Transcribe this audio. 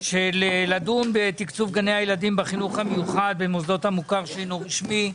תקצוב גני הילדים בחינוך המיוחד במוסדות המוכר שאינו רשמי.